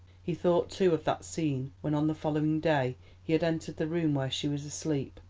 he thought, too, of that scene when on the following day he had entered the room where she was asleep,